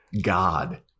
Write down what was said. god